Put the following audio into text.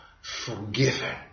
forgiven